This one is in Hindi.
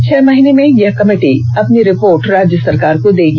छह महीने में यह कमेटी अँपनी रिपोर्ट राज्य सरकार को देगी